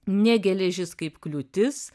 ne geležis kaip kliūtis